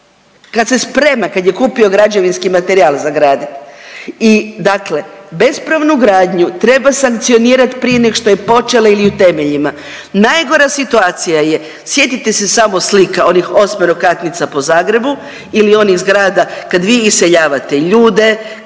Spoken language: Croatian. kad se sprema kad je kupio građevinski materijal za gradit. I dakle bespravnu gradnju treba sankcionirati prije nego što je počela ili u temeljima. Najgora situacija je, sjetite se samo slika onih osmerokatnica po Zagrebu ili onih zgrada kad vi iseljavate ljude,